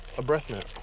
a breath mint.